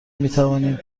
میتوانیم